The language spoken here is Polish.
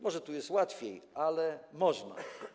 Może tu jest łatwiej, ale można.